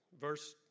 Verse